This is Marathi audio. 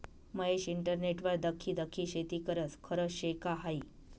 महेश इंटरनेटवर दखी दखी शेती करस? खरं शे का हायी